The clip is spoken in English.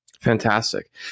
fantastic